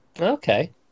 Okay